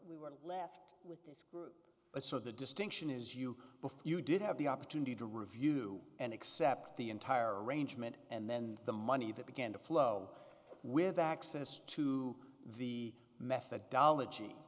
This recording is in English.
we were left with but so the distinction is you before you did have the opportunity to review and accept the entire arrangement and then the money that began to flow with access to the methodology